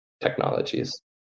technologies